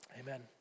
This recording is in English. Amen